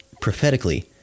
Prophetically